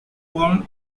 born